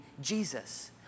Jesus